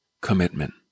commitment